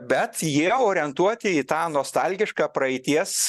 bet jie orientuoti į tą nostalgišką praeities